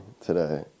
today